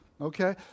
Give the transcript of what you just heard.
okay